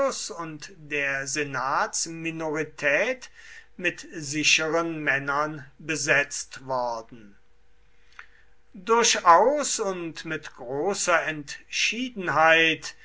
und der senatsminorität mit sicheren männern besetzt worden durchaus und mit großer entschiedenheit